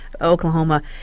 Oklahoma